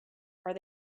are